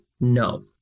no